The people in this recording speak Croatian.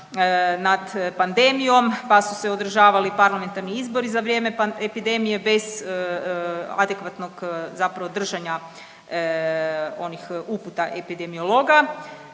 nad pandemijom pa su se održavali parlamentarni izbori za vrijeme epidemije bez adekvatnog zapravo držanja onih uputa epidemiologa.